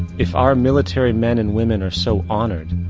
if our military men and women are so honored,